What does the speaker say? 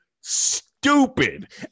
stupid